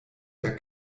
der